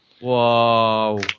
Whoa